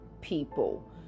people